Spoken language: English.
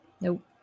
Nope